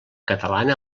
catalana